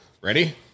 Ready